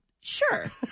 Sure